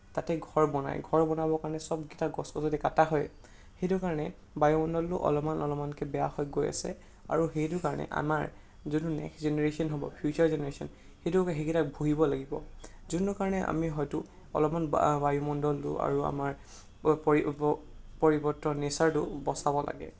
তাতে ঘৰ বনায় ঘৰ বনাবৰ কাৰণে চবকেইটা গছ গছনি কটা হয় সেইটো কাৰণে বায়ুমণ্ডলটো অলপমান অলপমানককৈ বেয়া হৈ গৈ আছে আৰু সেইটো কাৰণে আমাৰ যোনটো নেক্সট জেনেৰেশ্য়ন হ'ব ফিউচাৰ জেনেৰেশ্য়ন সেইটো সেইকেইটা ভূগিব লাগিব যোনটো কাৰণে আমি হয়তো অলপমান বা বায়ুমণ্ডলটো আৰু আমাৰ পৰিৱৰ্তন নেচাৰটো বচাব লাগে